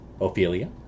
Ophelia